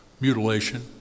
mutilation